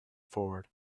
forward